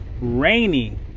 rainy